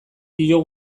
dio